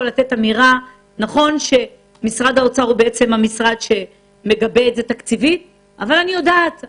נכון שמשרד האוצר הוא זה שמגבה תקציבית אבל אני יודעת,